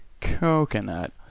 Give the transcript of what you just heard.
Coconut